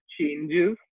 changes